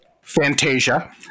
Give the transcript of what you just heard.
Fantasia